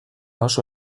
oso